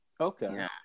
Okay